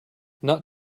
not